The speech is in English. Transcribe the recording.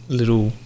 little